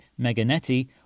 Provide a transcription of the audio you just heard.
Meganetti